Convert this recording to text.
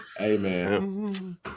amen